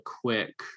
quick